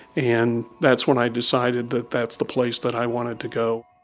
and that's when i decided that that's the place that i wanted to go